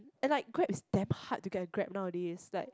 and like Grab is damn hard to get a Grab nowadays like